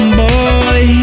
boy